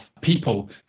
people